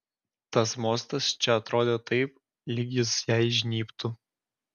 tas mostas čia atrodė taip lyg jis jai žnybtų